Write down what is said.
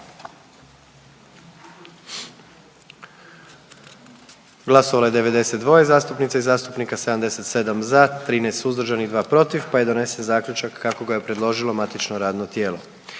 glasovalo 87 zastupnica i zastupnika, 76 za, 11 protiv pa je donesen zaključak kako ga je predložilo saborsko matično radno tijelo.